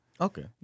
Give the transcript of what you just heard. Okay